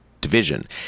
division